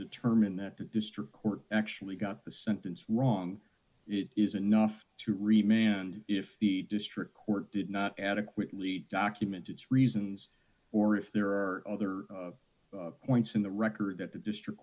determine that the district court actually got the sentence wrong it is enough to remain and if the district court did not adequately document its reasons or if there are other points in the record that the district